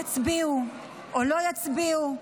יצביעו או לא יצביעו,